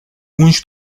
uns